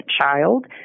child